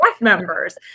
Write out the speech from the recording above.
members